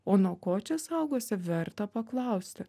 o nuo ko čia saugosi verta paklausti